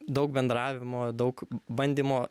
daug bendravimo daug bandymo